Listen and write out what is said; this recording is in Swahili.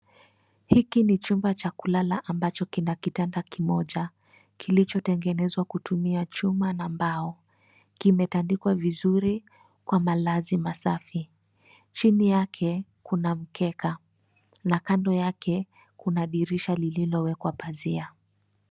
Hiki ni chumba cha kulala ambacho kina kitanda kimoja, kilichotengenezwa kutumia chuma na mbao. Kimetandikwa vizuri kwa malazi masafi. Chini yake, kuna mkeka na kando yake kuna dirisha lililowekwa pazia.